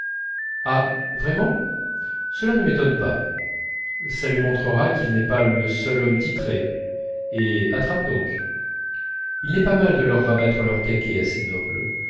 ah vraiment cela ne m'étonne pas ça lui montrera qu'il n'est pas le seul homme titré et attrape donc il n'est pas mal de leur rabattre leur caquet à ces nobles